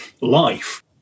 life